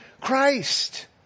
Christ